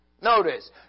Notice